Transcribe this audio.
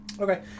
Okay